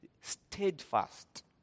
steadfast